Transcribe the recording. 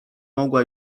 mogła